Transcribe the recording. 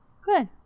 good